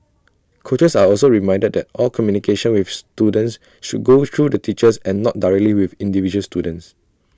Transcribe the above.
coaches are also reminded that all communication with students should go through the teachers and not directly with individual students